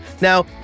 Now